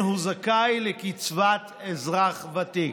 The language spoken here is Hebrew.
והוא זכאי לקצבת אזרח ותיק.